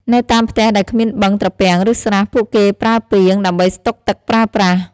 នៅតាមផ្ទះដែលគ្មានបឹង ត្រពាំង ឬស្រះ ពួកគេប្រើពាង ដើម្បីស្តុកទឹកប្រើប្រាស់។